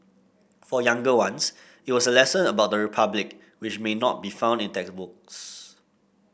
for younger ones it was a lesson about the Republic which may not be found in textbooks